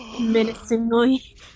Menacingly